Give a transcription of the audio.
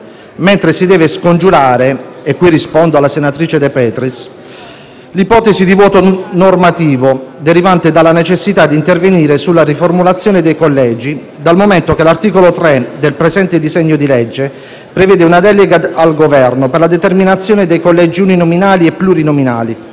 mentre si deve scongiurare - e qui rispondo alla senatrice De Petris - l'ipotesi di vuoto normativo derivante dalla necessità di intervenire sulla riformulazione dei collegi, dal momento che l'articolo 3 del presente disegno di legge prevede una delega al Governo per la determinazione dei collegi uninominali e plurinominali,